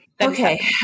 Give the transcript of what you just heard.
Okay